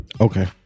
Okay